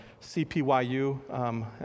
CPYU